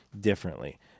differently